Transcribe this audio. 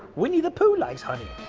winnie the pooh likes honey!